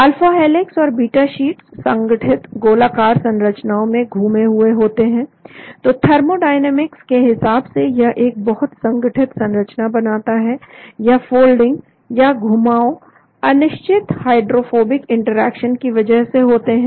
alpha helix और beta sheets संगठित गोलाकार संरचनाओं में घूमे हुए होते हैं तो थर्मोडायनेमिक्स के हिसाब से यह एक बहुत संगठित संरचना बनाता है यह फोल्डिंग या घुमाओ अनिश्चित हाइड्रोफोबिक इंटरेक्शन की वजह से होते हैं